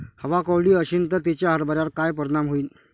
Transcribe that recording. हवा कोरडी अशीन त तिचा हरभऱ्यावर काय परिणाम होईन?